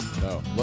No